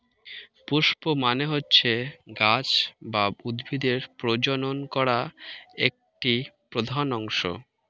পুস্প মানে হচ্ছে গাছ বা উদ্ভিদের প্রজনন করা একটি প্রধান অংশ